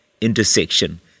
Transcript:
intersection